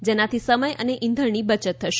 જેનાથી સમય અને ઈંધણની બચત થશે